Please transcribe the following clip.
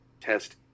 Test